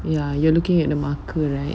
ya you are looking at a marker right